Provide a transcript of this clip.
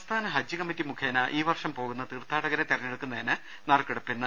സംസ്ഥാന ഹജ്ജ് കമ്മിറ്റി മുഖേന ഈ വർഷം പോകുന്ന തീർത്ഥാടകരെ തെരഞ്ഞെടുക്കുന്നതിന് നറുക്കെടുപ്പ് ഇന്ന്